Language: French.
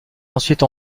ensuite